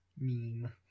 meme